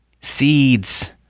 seeds